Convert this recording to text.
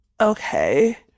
Okay